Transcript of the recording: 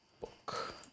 Book